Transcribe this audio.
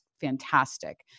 fantastic